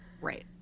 Right